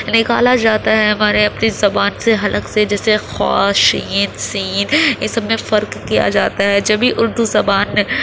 نکالا جاتا ہے ہمارے اپنی زبان سے حلق سے جیسے خا شین سین یہ سب میں فرق کیا جاتا ہے جب ہی اردو زبان